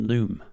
Loom